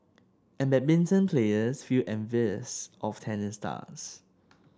and badminton players feel envious of tennis stars